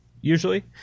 usually